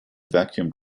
vacuum